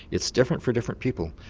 it's different for different people.